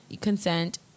Consent